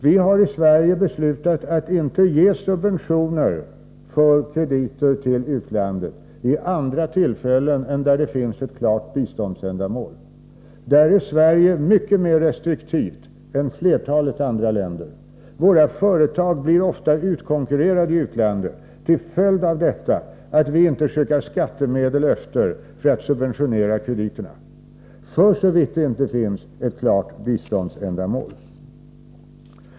Vi har i Sverige beslutat att inte ge subventioner för krediter till utlandet vid andra tillfällen än då det finns ett, klart biståndsändamål. I det avseendet är Sverige mycket mer restriktivt än flertalet andra länder. Våra företag blir ofta utkonkurrerade i utlandet till följd av att vi inte, för såvitt det inte finns ett klart biståndsändamål, skickar skattemedel efter för att subventionera krediterna.